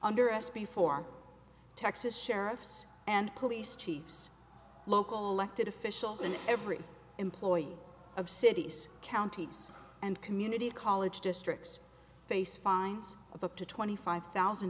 under s b for texas sheriffs and police chiefs local elected officials and every employee of cities counties and community college districts face fines of up to twenty five thousand